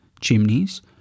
chimneys